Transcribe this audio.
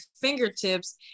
fingertips